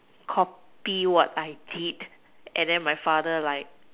copy what I did and then my father like